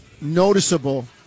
noticeable